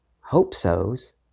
hope-sos